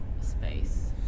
space